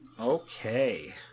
Okay